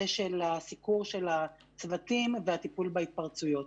של הסיקור של הצוותים והטיפול בהתפרצויות.